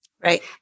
right